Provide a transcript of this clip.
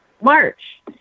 March